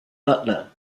butler